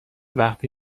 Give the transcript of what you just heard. وقتی